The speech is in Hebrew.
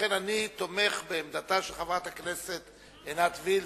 לכן אני תומך בעמדתה של חברת הכנסת עינת וילף.